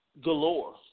galore